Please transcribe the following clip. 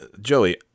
Joey